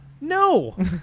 No